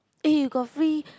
eh you got free